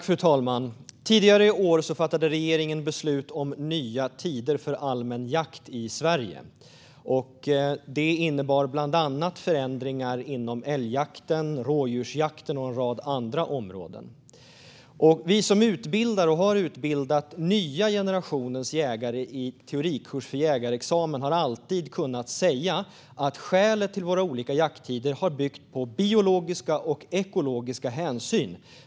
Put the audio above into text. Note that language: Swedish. Fru talman! Tidigare i år fattade regeringen beslut om nya tider för allmän jakt i Sverige. Det innebar bland annat förändring inom älgjakten, rådjursjakten och en rad andra områden. Vi som utbildar och har utbildat nya generationens jägare i teorikurs för jägarexamen har alltid kunnat säga att skälet till våra olika jakttider har byggt på biologiska och ekologiska hänsyn.